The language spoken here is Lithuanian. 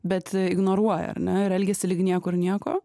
bet ignoruoja ar ne ir elgiasi lyg niekur nieko